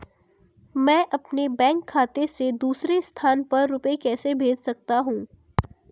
मैं अपने बैंक खाते से दूसरे स्थान पर रुपए कैसे भेज सकता हूँ?